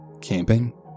Camping